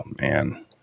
Man